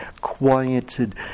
quieted